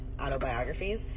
autobiographies